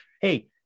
hey